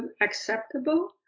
acceptable